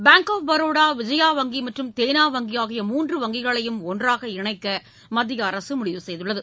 bank of Baroda Vijaya வங்கி மற்றும் தேனா வங்கி ஆகிய மூன்று வங்கிகளையும் ஒன்றாக இணைக்க மத்திய அரசு முடிவு செய்துள்ளது